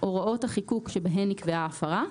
הוראות החיקוק שבהן נקבעה ההפרה.